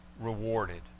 rewarded